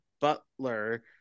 Butler